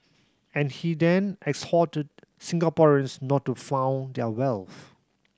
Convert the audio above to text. and he then exhorted Singaporeans not to flaunt their wealth